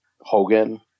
Hogan